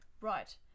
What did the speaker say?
Right